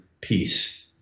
peace